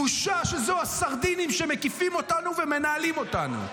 בושה שאלה הסרדינים שמקיפים אותנו ומנהלים אותנו.